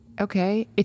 Okay